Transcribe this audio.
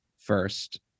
first